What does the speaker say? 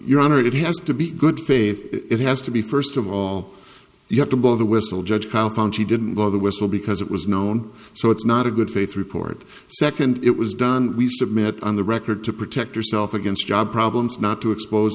your honor it has to be good faith it has to be first of all you have to bow the whistle judge compound she didn't blow the whistle because it was known so it's not a good faith report second it was done we submit on the record to protect yourself against job problems not to expose